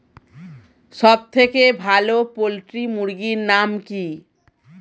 সবথেকে ভালো পোল্ট্রি মুরগির নাম কি?